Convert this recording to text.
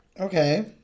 Okay